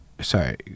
sorry